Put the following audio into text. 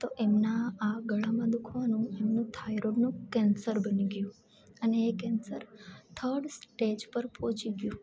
તો એમના આ ગળામાં દુખવાનું એમનું થાયરોડનું કેન્સર બની ગયું અને એ કેન્સર થર્ડ સ્ટેજ પર પહોંંચી ગયું